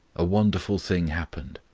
a wonderful thing happened.